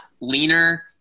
leaner